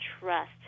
trust